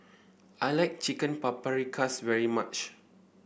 I like Chicken Paprikas very much